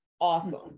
awesome